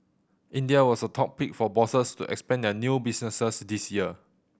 India was the top pick for bosses to expand their new businesses this year